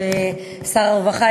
שר הרווחה,